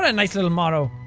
ah nice little motto.